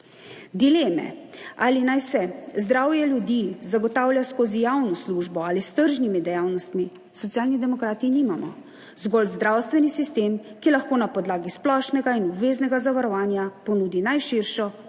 Dileme, ali naj se zdravje ljudi zagotavlja skozi javno službo ali s tržnimi dejavnostmi, Socialni demokrati nimamo, zgolj zdravstveni sistem, ki lahko na podlagi splošnega in obveznega zavarovanja ponudi najširšo